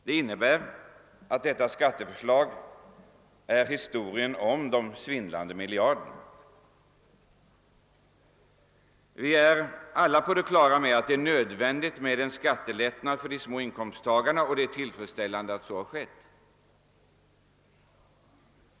Det innebär att detta skatteförslag är historien om de svindlande miljarderna. Vi är alla på det klara med att det är nödvändigt med en skattelättnad för de små inkomsttagarna och det är tillfredsställande att en sådan kommer till stånd.